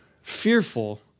fearful